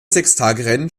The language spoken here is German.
sechstagerennen